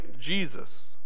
Jesus